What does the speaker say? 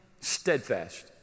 steadfast